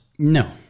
No